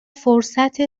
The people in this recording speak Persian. فرصت